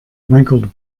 wrinkled